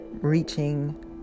reaching